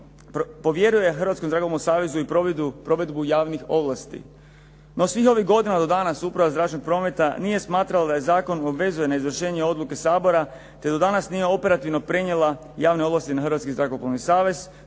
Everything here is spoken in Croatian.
savezu i provedbu javnih ovlasti. No svih ovih godina Uprava zračnog prometa nije smatrala da zakon obvezuje ni izvršenje odluke Sabora, te do danas nije operativno prenijela javne ovlasti na